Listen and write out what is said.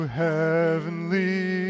heavenly